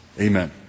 Amen